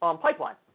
pipeline